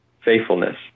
faithfulness